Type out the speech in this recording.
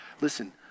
Listen